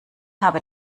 habe